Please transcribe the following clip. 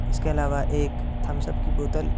اس کے علاوہ ایک تھمسپ کی بوتل